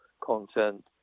content